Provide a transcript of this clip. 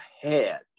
head